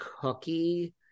cookie